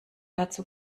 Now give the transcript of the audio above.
dazu